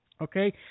Okay